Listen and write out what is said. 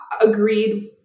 agreed